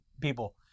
people